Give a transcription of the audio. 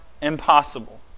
impossible